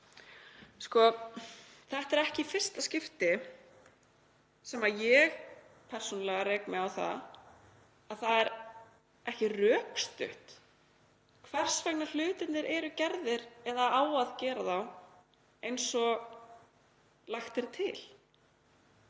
Þetta er ekki í fyrsta skipti sem ég persónulega rek mig á það að það er ekki rökstutt hvers vegna hlutirnir eru gerðir eða hvers vegna á að gera þá eins og lagt er til.